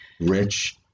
rich